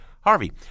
Harvey